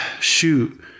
shoot